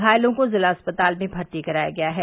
घायलों को जिला अस्पताल में भर्ती कराया गया है